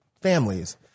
families